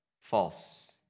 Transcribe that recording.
false